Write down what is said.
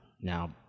Now